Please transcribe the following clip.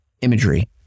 imagery